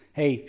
hey